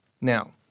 Now